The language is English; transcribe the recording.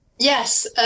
Yes